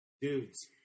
Dudes